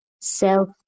self